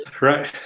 right